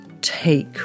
take